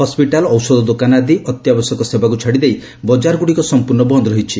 hospital ଔଷଧଦୋକାନ ଆଦି ଅତ୍ୟାବଶ୍ୟକ ସେବାକୁ ଛାଡିଦେଇ ବକାରଗୁଡ଼ିକ ସମ୍ପର୍ଷ୍ଣ ବନ୍ଦ ରହିଛି